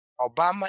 Obama